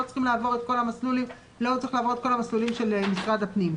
צריכים לעבור את כל המסלולים של משרד הפנים,